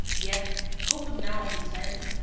yet who would now pretend,